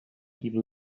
evil